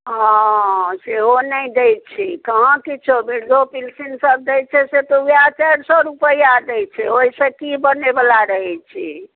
हँ सेहो नहि दै छै कहाँ किछो वृद्धो पेंशनसभ दैत छै से उएह चारि सए रुपैआ दै छै ओहिसँ की बनैवला रहै छै